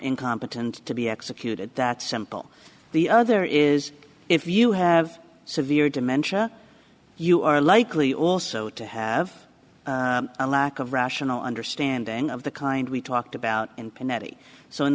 incompetent to be executed that simple the other is if you have severe dementia you are likely also to have a lack of rational understanding of the kind we talked about